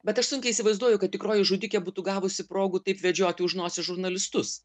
bet aš sunkiai įsivaizduoju kad tikroji žudikė būtų gavusi progų taip vedžioti už nosies žurnalistus